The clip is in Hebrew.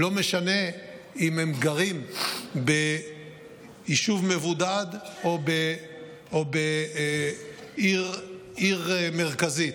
לא משנה אם הם גרים ביישוב מבודד או בעיר מרכזית.